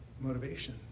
motivation